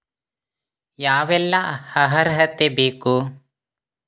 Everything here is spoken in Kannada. ಯಾವೆಲ್ಲ ಅರ್ಹತೆ ಬೇಕು?